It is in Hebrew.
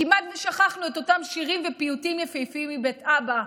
כמעט ושכחנו את אותם שירים ופיוטים יפהפיים מבית אבא,